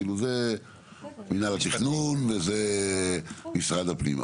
כאילו זה מינהל התכונן וזה משרד הפנים.